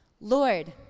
Lord